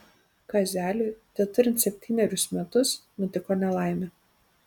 kazeliui teturint septynerius metus nutiko nelaimė